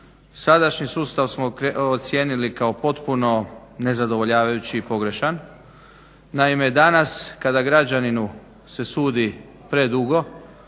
sadašnji sustav smo ocijenili kao potpuno nezadovoljavajući i pogrešan. Naime danas kada građaninu se sudi predugo,